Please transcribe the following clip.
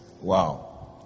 Wow